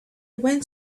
went